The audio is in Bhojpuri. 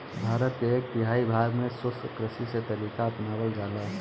भारत के एक तिहाई भाग में शुष्क कृषि के तरीका अपनावल जाला